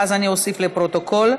ואז אני אוסיף לפרוטוקול.